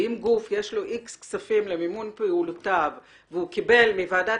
ואם יש לגוף סכום מסוים למימון פעולותיו והוא קיבל מוועדת